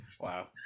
Wow